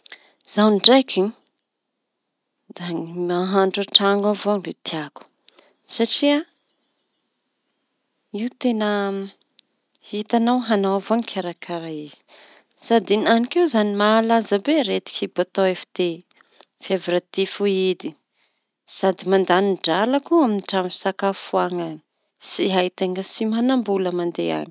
Zaho ndraiky da nahandro an-traño avao teña tiako satria io teña hitañao añao avao nikarakara izy sady enanik'io izañy da malaza be aretin-kibo atao FT fievra tifoida, dady mandany drala koa amy toera fisakafoana. Tsy hay teña tsy manambola mandeha any.